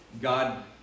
God